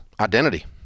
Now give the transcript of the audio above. identity